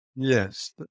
Yes